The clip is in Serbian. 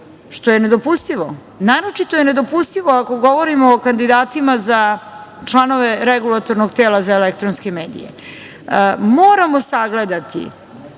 što je nedopustivo. Naročito je nedopustivo ako govorimo o kandidatima za članove Regulatornog tela za elektronske medije. Moramo sagledati